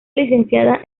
licenciada